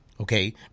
Okay